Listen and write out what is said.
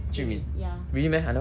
really meh I ne~ I haven't go see yet leh